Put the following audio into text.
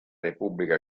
repubblica